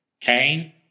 Cain